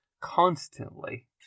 constantly